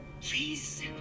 Please